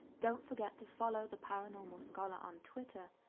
don't forget to follow the paranormal scholar on twitter,